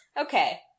okay